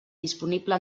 disponible